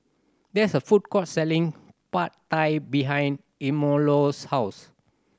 there is a food court selling Pad Thai behind house